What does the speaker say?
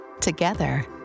Together